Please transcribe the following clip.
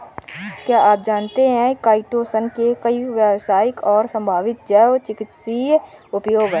क्या आप जानते है काइटोसन के कई व्यावसायिक और संभावित जैव चिकित्सीय उपयोग हैं?